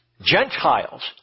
Gentiles